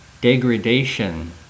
degradation